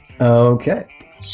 Okay